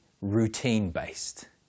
routine-based